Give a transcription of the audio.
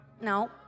No